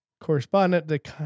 correspondent